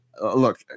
Look